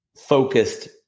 focused